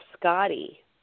Scotty